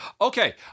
Okay